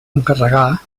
encarregar